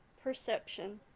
perception.